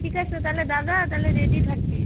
ঠিক আছে তাহলে দাদা তালে রেডি থাকিস